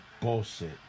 Bullshit